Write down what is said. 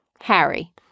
Harry